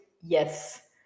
yes